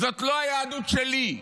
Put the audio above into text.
זאת לא היהדות שלי.